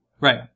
Right